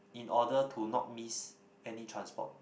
in order to not miss any transport